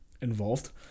involved